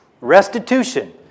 Restitution